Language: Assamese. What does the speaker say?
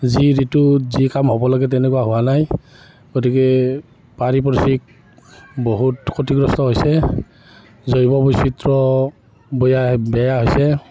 যি ঋতুত যি কাম হ'ব লাগে তেনেকুৱা হোৱা নাই গাতিকে পাৰিপাৰ্শ্বিক বহুত ক্ষতিগ্ৰস্ত হৈছে জৈৱ বৈচিত্ৰ বেয়া বেয়া হৈছে